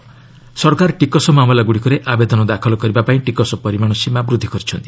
ଗୋଏଲ୍ ଟାକ୍ନ ସରକାର ଟିକସ ମାମଲାଗୁଡ଼ିକରେ ଆବେଦନ ଦାଖଲ କରିବା ପାଇଁ ଟିକସ ପରିମାଣ ସୀମା ବୃଦ୍ଧି କରିଛନ୍ତି